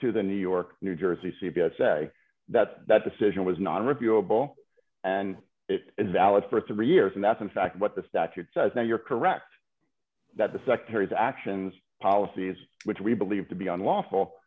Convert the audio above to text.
to the new york new jersey c p s say that that decision was not refutable and it is valid for three years and that's in fact what the statute says that you're correct that the secretary's actions policies which we believe to be unlawful